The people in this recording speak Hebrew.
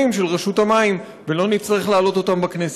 של רשות המים ולא נצטרך להעלות אותן בכנסת.